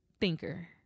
thinker